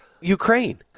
Ukraine